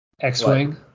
x-wing